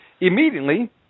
Immediately